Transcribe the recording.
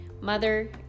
mother